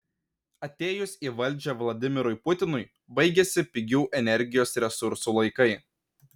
atėjus į valdžią vladimirui putinui baigėsi pigių energijos resursų laikai